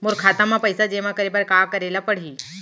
मोर खाता म पइसा जेमा करे बर का करे ल पड़ही?